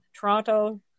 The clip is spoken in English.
Toronto